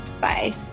Bye